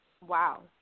Wow